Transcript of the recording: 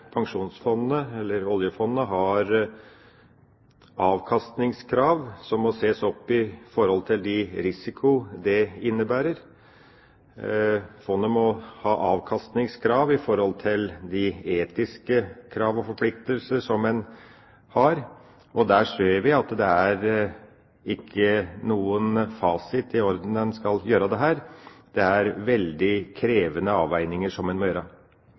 innebærer. Fondet må ha avkastningskrav i forhold til de etiske krav og forpliktelser som en har. Der ser vi at det ikke er noen fasit for hvilken orden en skal gjøre dette, det er veldig krevende avveininger som en må gjøre.